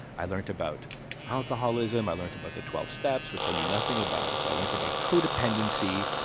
i learned about alcoholism. i learned about the twelve steps, which i knew nothing about. i learned about codependency.